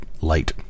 light